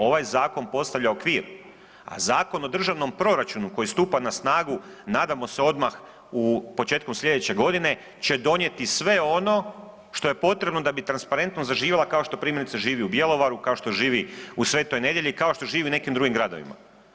Ovaj zakon postavlja okvir, a Zakon o državnom proračunu koji stupa na snagu nadamo se odmah početkom sljedeće godine će donijeti sve ono što je potrebno da bi transparentno zaživila kao što primjerice živi u Bjelovaru, kao što živi u Svetoj Nedelji kao što živi u nekim drugim gradovima.